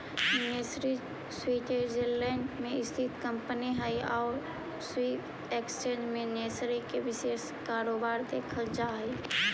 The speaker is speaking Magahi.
नेस्ले स्वीटजरलैंड में स्थित कंपनी हइ आउ स्विस एक्सचेंज में नेस्ले के विशेष कारोबार देखल जा हइ